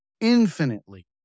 infinitely